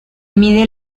mide